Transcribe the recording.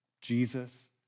Jesus